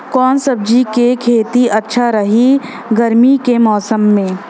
कवना सब्जी के खेती अच्छा रही गर्मी के मौसम में?